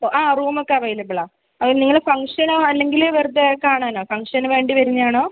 ആ റൂം ഒക്കെ അവൈലബിലാണ് അത് നിങ്ങൾ ഇവിടെ ഫങ്ക്ഷനോ അല്ലെങ്കിൽ വെറുതെ കാണാനോ ഫങ്ക്ഷന് വേണ്ടി വരുന്നതാണോ